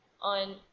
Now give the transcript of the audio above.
on